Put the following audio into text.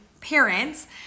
parents